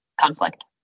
conflict